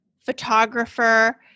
photographer